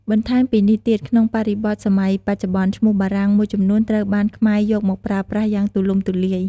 បន្ថែមពីនេះទៀត ក្នុងបរិបទសម័យបច្ចុប្បន្ន ឈ្មោះបារាំងមួយចំនួនត្រូវបានខ្មែរយកមកប្រើប្រាស់ យ៉ាងទូលំទូលាយ។